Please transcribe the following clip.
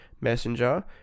Messenger